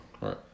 right